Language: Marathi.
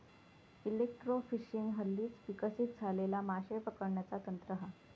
एलेक्ट्रोफिशिंग हल्लीच विकसित झालेला माशे पकडण्याचा तंत्र हा